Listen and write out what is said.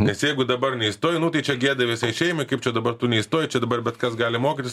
nes jeigu dabar neįstoji nu tai čia gėda visai šeimai kaip čia dabar tu neįstojai čia dabar bet kas gali mokytis